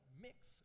mix